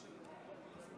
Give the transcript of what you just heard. תוצאות